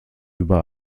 über